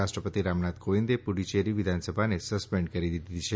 રાષ્ટ્રપતિ રામનાથ કોંવિદે પુડુચેરી વિધાનસભાને સસ્પેન્ડ કરી દીધી છે